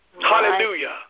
Hallelujah